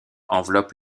enveloppe